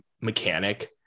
mechanic